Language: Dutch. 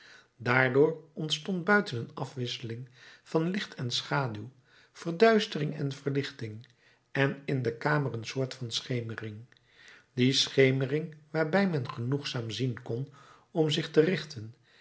daardoor ontstond buiten een afwisseling van licht en schaduw verduistering en verlichting en in de kamer een soort van schemering die schemering waarbij men genoegzaam zien kon om zich te richten